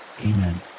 Amen